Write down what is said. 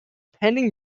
pending